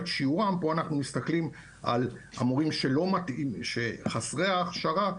פה אנחנו מסתכלים על המורים חסרי ההכשרה.